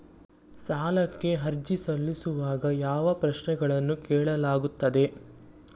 ಸಾಲಕ್ಕೆ ಅರ್ಜಿ ಸಲ್ಲಿಸುವಾಗ ಯಾವ ಪ್ರಶ್ನೆಗಳನ್ನು ಕೇಳಲಾಗುತ್ತದೆ?